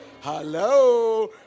Hello